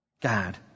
God